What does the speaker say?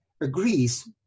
agrees